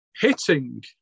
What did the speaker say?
Hitting